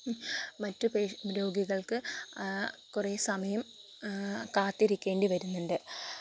മറ്റു പേഷൃന്റ് രോഗികള്ക്ക് കുറെ സമയം കാത്തിരിക്കേണ്ടി വരുന്നുണ്ട്